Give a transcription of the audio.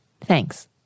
Thanks